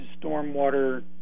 stormwater